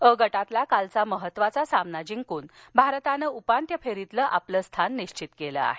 अ गटातला कालचा महत्वाचा सामना जिंकून भारतानं उपांत्य फेरीतलं आपलं स्थान निश्वित केलं आहे